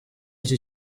iki